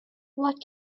what